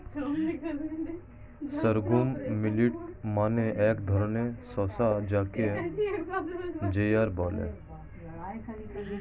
sorghum millet মানে এক ধরনের শস্য যাকে জোয়ার বলে